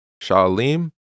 Shalim